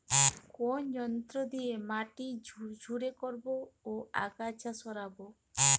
কোন যন্ত্র দিয়ে মাটি ঝুরঝুরে করব ও আগাছা সরাবো?